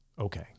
Okay